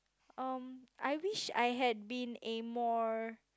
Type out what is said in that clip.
um I wish I had been a more